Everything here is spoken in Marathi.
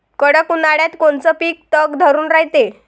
कडक उन्हाळ्यात कोनचं पिकं तग धरून रायते?